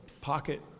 pocket